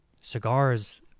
Cigars